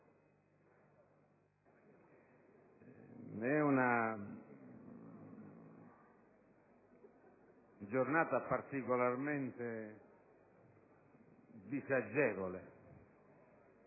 è una giornata particolarmente disagevole